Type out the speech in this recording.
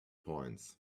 points